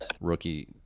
rookie